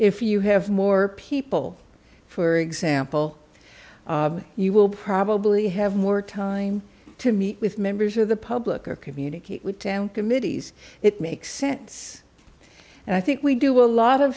if you have more people for example you will probably have more time to meet with members of the public or communicate with down committees it makes sense and i think we do a lot of